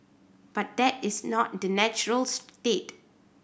but that is not the natural state